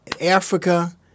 Africa